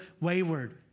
wayward